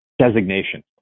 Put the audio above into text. designation